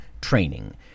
training